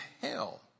hell